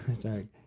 Sorry